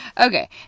Okay